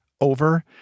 over